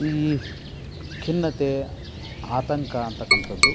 ಈ ಖಿನ್ನತೆ ಆತಂಕ ಅಂತಕಂತದ್ದು